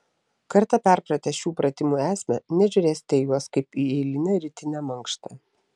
kartą perpratę šių pratimų esmę nežiūrėsite į juos kaip į eilinę rytinę mankštą